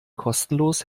kostenlos